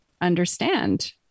understand